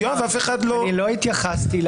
ולכן את המגבלות האלה אי-אפשר לעשות.